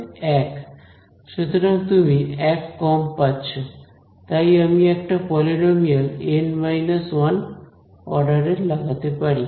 1 সুতরাং তুমি এক কম পাচ্ছো তাই আমি একটা পলিনোমিয়াল N 1 অর্ডারের লাগাতে পারি